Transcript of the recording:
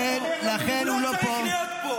הוא לא צריך להיות פה.